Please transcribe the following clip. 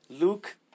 Luke